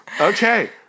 Okay